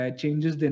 changes